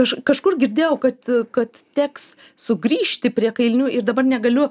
aš kažkur girdėjau kad kad teks sugrįžti prie kailinių ir dabar negaliu